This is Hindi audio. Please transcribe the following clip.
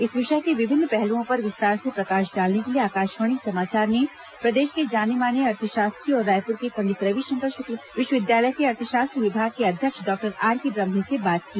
इस विषय के विभिन्न पहलुओं पर विस्तार से प्रकाश डालने के लिए आकाशवाणी समाचार ने प्रदेश के जाने माने अर्थशास्त्री और रायपुर के पंडित रविशंकर शुक्ल विश्वविद्यालय के अर्थशास्त्र विभाग के अध्यक्ष डॉक्टर आरके ब्रम्हे से बात की